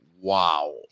wow